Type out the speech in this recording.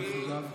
דרך אגב,